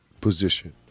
position